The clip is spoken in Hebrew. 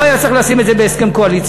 לא היה צריך לשים את זה בהסכם קואליציוני.